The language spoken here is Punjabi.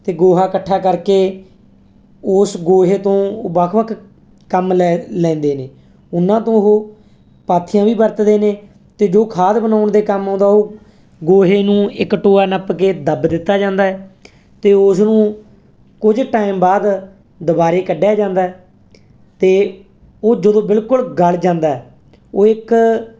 ਅਤੇ ਗੋਹਾ ਇਕੱਠਾ ਕਰਕੇ ਉਸ ਗੋਹੇ ਤੋਂ ਵੱਖ ਵੱਖ ਕੰਮ ਲੈ ਲੈਂਦੇ ਨੇ ਉਹਨਾਂ ਤੋਂ ਉਹ ਪਾਥੀਆਂ ਵੀ ਵਰਤਦੇ ਨੇ ਅਤੇ ਜੋ ਖਾਦ ਬਣਾਉਣ ਦੇ ਕੰਮ ਆਉਂਦਾ ਉਹ ਗੋਹੇ ਨੂੰ ਇੱਕ ਟੋਆ ਨੱਪ ਕੇ ਦੱਬ ਦਿੱਤਾ ਜਾਂਦਾ ਅਤੇ ਉਸ ਨੂੰ ਕੁਝ ਟਾਈਮ ਬਾਅਦ ਦੁਬਾਰਾ ਕੱਢਿਆ ਜਾਂਦਾ ਅਤੇ ਉਹ ਜਦੋਂ ਬਿਲਕੁਲ ਗਲ ਜਾਂਦਾ ਉਹ ਇੱਕ